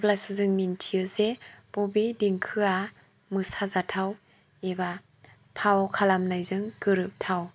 अब्लासो जों मिथियो जे बबे देंखोया मोसा जाथाव एबा फाव खालामनायजों गोरोबथाव